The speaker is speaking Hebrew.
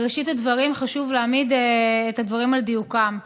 בראשית הדברים חשוב להעמיד את הדברים על דיוקם.